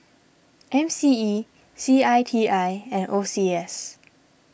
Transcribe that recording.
M C E C I T I and O C S